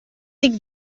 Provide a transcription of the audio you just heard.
dic